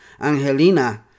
Angelina